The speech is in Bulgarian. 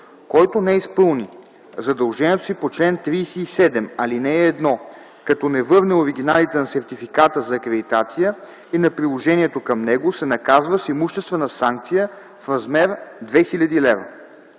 Който не изпълни задължението си по чл. 37, ал. 1, като не върне оригиналите на сертификата за акредитация и на приложението към него, се наказва с имуществена санкция в размер 2000 лв.”